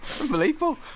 Unbelievable